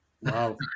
Wow